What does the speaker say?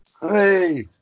Hey